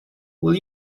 will